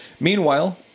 Meanwhile